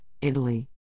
Italy